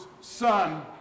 son